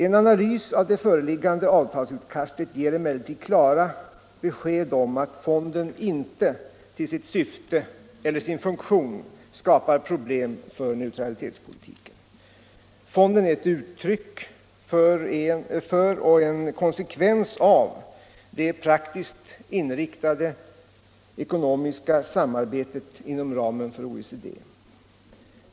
En analys av det föreliggande avtalsutkastet ger emellertid klara besked om att fonden inte till sitt syfte eller sin funktion skapar problem för neutralitetspolitiken. Fonden är ett uttryck för och en konsekvens av det praktiskt inriktade ekonomiska samarbetet inom ramen för OECD.